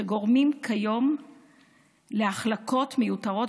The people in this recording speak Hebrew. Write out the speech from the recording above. שגורמים כיום להחלקות מיותרות,